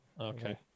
okay